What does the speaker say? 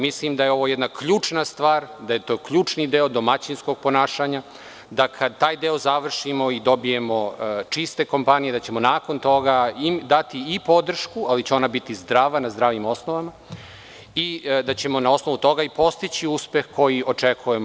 Mislim da je ovo jedna ključna stvar, ključni deo domaćinskog ponašanja da kad taj deo završimo i dobijemo čiste kompanije, da ćemo im nakon toga dati podršku, ali će ona biti zdrava, na zdravim osnovama i da ćemo na osnovu toga i postići uspeh koji očekujemo.